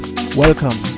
Welcome